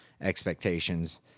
expectations